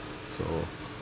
so